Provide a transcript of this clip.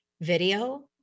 video